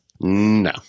No